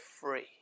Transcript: free